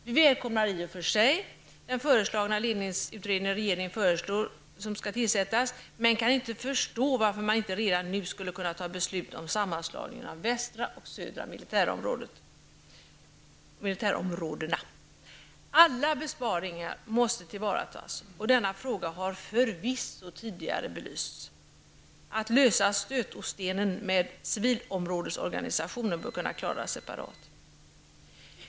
Vi välkomnar i och för sig den föreslagna ledningsutredning som regeringen vill tillsätta, men vi kan inte förstå varför man inte redan nu kan fatta beslut om sammanslagning av västra och södra militärområdena. Alla besparingar måste tillvaratas, och denna fråga har förvisso tidigare belysts. Att lösa stötostenen med civilområdesorganisationen bör kunna klaras separat.